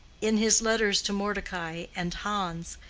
in his letters to mordecai and hans,